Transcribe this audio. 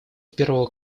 первого